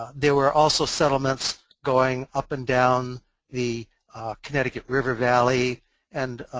there were also settlements going up and down the connecticut river valley and,